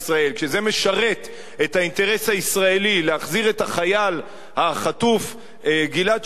כשזה משרת את האינטרס הישראלי להחזיר את החייל החטוף גלעד שליט,